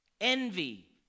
envy